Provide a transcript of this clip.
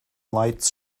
lights